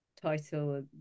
title